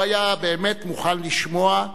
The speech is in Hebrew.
הוא היה באמת מוכן לשמוע,